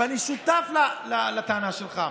אני שותף לטענה שלך.